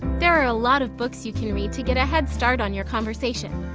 there are a lot of books you can read to get a headstart on your conversation.